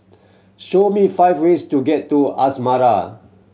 show me five ways to get to Asmara